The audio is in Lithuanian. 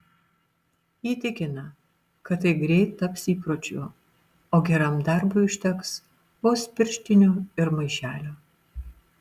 ji tikina kad tai greit taps įpročiu o geram darbui užteks vos pirštinių ir maišelio